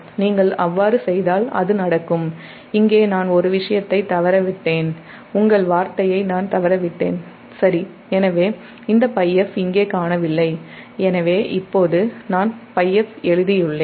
நீங்கள் அவ்வாறு செய்தால் அது நடக்கும் இங்கே நான் ஒரு விஷயத்தை தவறவிட்டேன் உங்கள் வார்த்தையை நான் தவறவிட்டேன் சரி எனவே இந்த πf இங்கே காணவில்லை எனவே இப்போது நான் πf எழுதியுள்ளேன்